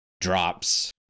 drops